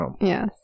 Yes